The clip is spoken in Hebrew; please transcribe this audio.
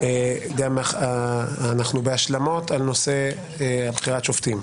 אנחנו בהשלמות על נושא בחירת שופטים.